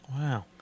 Wow